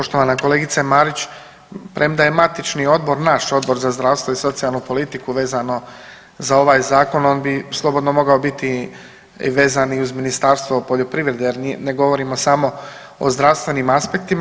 Poštovana kolegice Marić, premda je matični odbor naš, Odbor za zdravstvo i socijalnu politiku vezano za ovaj zakon on bi slobodno mogao biti i vezan i uz Ministarstvo poljoprivrede jer ne govorimo samo o zdravstvenim aspektima.